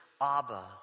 Abba